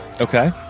Okay